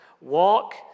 Walk